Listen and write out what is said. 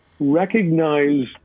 recognize